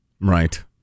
Right